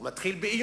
הוא מתחיל באיומים.